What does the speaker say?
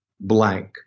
blank